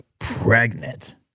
pregnant